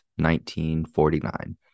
1949